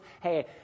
hey